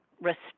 respect